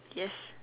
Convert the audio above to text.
yes